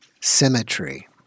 symmetry